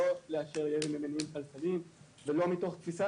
לא לאשר ירי למניעים כלכליים ולא מתוך תפיסה